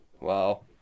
Wow